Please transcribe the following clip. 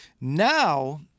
Now